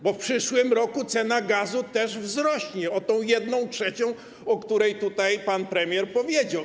Bo w przyszłym roku cena gazu też wzrośnie o tę jedną trzecią, o której pan premier powiedział.